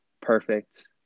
perfect